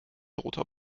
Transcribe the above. roter